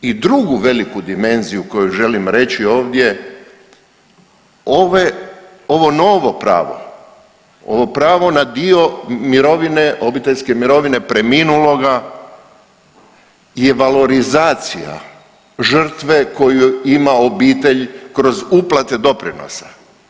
I drugu veliku dimenziju koju želim reći ovdje ovo novo pravo, ovo pravo na dio mirovine, obiteljske mirovine preminuloga je valorizacija žrtve koju ima obitelj kroz uplate doprinosa.